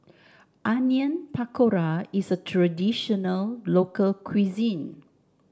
Onion Pakora is a traditional local cuisine